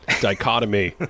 dichotomy